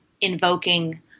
invoking